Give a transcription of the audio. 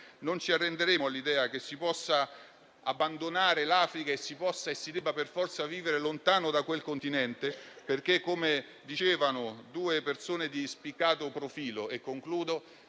Non ci arrenderemo all'idea che si possa abbandonare l'Africa e si possa e si debba per forza vivere lontano da quel Continente, come dicevano due persone di spiccato profilo, una